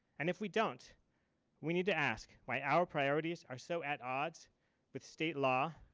and if we don't we need to ask why our priorities are so at odds with state law.